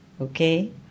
okay